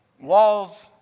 Walls